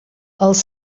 els